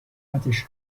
شرافتش